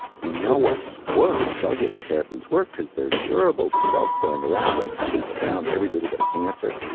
we know what works. cellular therapies work because they're durable, the cells stand around, they chase down every little bit of cancer.